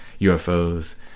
ufos